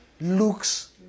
looks